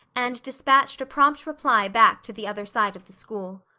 and dispatched a prompt reply back to the other side of the school.